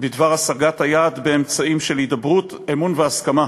בדבר השגת היעד באמצעים של הידברות, אמון והסכמה,